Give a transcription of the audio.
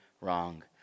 wrong